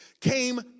came